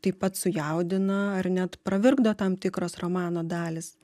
taip pat sujaudina ar net pravirkdo tam tikros romano dalys